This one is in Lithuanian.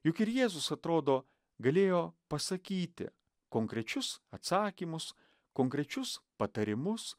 juk ir jėzus atrodo galėjo pasakyti konkrečius atsakymus konkrečius patarimus